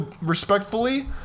respectfully